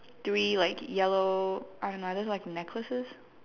three like yellow I don't know are those like necklaces